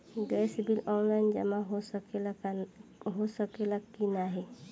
Gas bill online जमा हो सकेला का नाहीं?